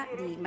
di